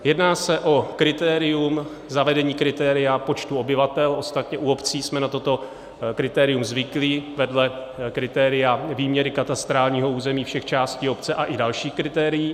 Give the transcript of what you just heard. Jedná se o kritérium zavedení kritéria počtu obyvatel, ostatně u obcí jsme na toto kritérium zvyklí, vedle kritéria výměry katastrálního území všech částí obce a i dalších kritérií.